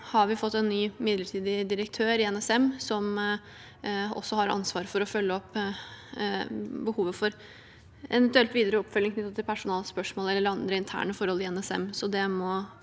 har vi fått en ny midlertidig direktør i NSM som også har ansvar for å følge opp behovet for eventuelt videre oppfølging knyttet til personalspørsmål eller andre interne forhold i NSM. Så det må